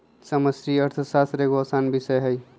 समष्टि अर्थशास्त्र एगो असान विषय हइ